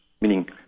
meaning